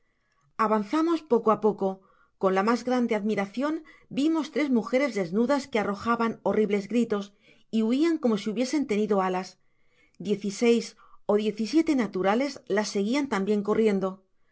avanzamos poco á poco con la mas grande admiracion vimos tres mujeres desnudas que arrojaban horribles gritos y huian como si hubiesen tenido alas diez y seis ó diez y siete naturales las seguían tambien corriendo